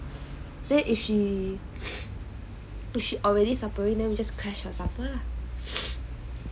then if she if she already suffering them just crashed her supper